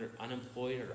unemployed